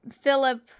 Philip